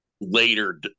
Later